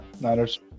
Niners